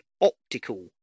optical